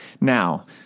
Now